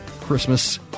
Christmas